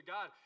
God